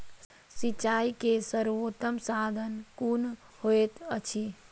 सिंचाई के सर्वोत्तम साधन कुन होएत अछि?